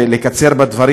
אקצר בדברים,